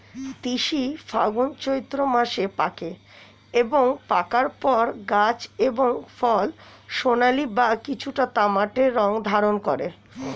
তিসি ফাল্গুন চৈত্র মাসে পাকে এবং পাকার পর গাছ এবং ফল সোনালী বা কিছুটা তামাটে রং ধারণ করে